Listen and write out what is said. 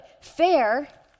Fair